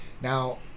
Now